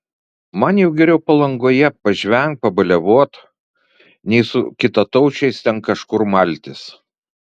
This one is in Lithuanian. man jau geriau palangoje pažvengt pabaliavot nei su kitataučiais ten kažkur maltis